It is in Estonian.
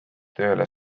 tööle